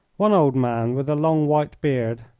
one old man with a long white beard,